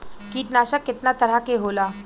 कीटनाशक केतना तरह के होला?